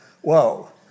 Whoa